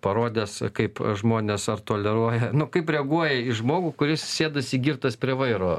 parodęs kaip žmonės ar toleruoja nu kaip reaguoja į žmogų kuris sėdasi girtas prie vairo